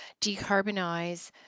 decarbonize